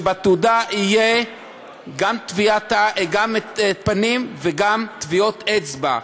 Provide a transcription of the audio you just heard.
ובתעודה יהיו גם פנים וגם טביעות אצבע,